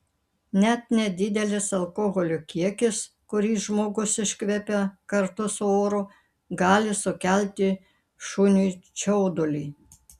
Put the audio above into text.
net nedidelis alkoholio kiekis kurį žmogus iškvepia kartu su oru gali sukelti šuniui čiaudulį